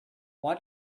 why